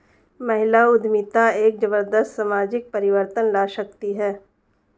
महिला उद्यमिता एक जबरदस्त सामाजिक परिवर्तन ला सकती है